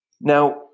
Now